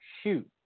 shoot